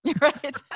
Right